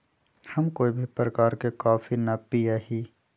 हम कोई भी प्रकार के कॉफी ना पीया ही